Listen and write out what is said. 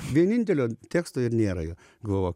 vienintelio teksto ir nėra jo galvoju